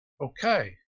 okay